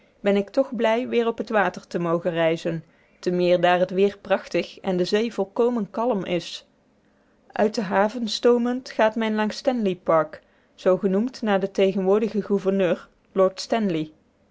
ben ik toch blij weer op het water te mogen reizen te meer daar het weer prachtig en de zee volkomen kalm is uit de haven stoomend gaat men langs stanley park zoo genoemd naar den tegenwoordigen gouverneur lord stanley